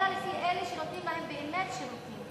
אלא לפי אלה שנותנים להם באמת שירותים.